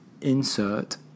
insert